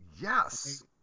Yes